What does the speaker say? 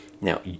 Now